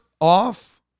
off